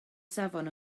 safon